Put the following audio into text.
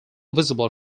visible